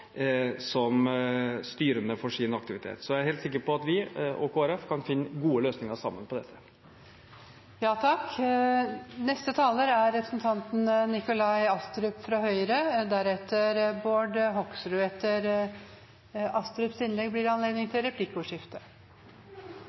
som styrende for sin aktivitet. Så jeg er helt sikker på at vi og Kristelig Folkeparti kan finne gode løsninger sammen på dette. Replikkordskiftet er omme. Høyres mål er å trygge det